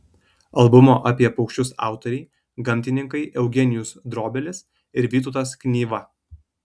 albumo apie paukščius autoriai gamtininkai eugenijus drobelis ir vytautas knyva